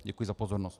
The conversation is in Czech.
Děkuji za pozornost.